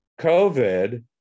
COVID